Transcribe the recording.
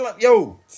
Yo